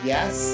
Yes